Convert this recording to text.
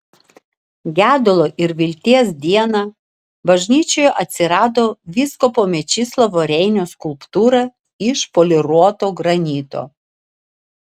gedulo ir vilties dieną bažnyčioje atsirado vyskupo mečislovo reinio skulptūra iš poliruoto granito